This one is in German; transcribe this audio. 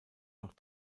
noch